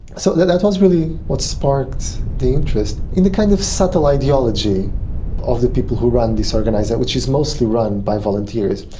so that was really what sparked the interest, in a kind of subtle ideology of the people who run this organisation, which is mostly run by volunteers,